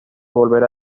volver